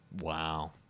Wow